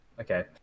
Okay